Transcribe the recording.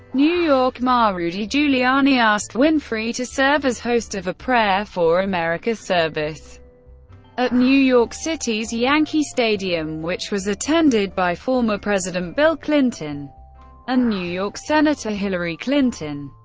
new york mayor rudy giuliani asked winfrey to serve as host of a prayer for america service at new york city's yankee stadium which was attended by former president bill clinton and new york senator hillary clinton.